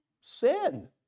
Sin